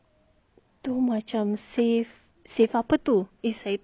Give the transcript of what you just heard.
tu macam safe safe apa tu saya tak nampak lah